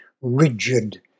rigid